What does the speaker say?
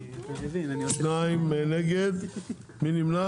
שלי, את מגישה רביזיה על יש עתיד?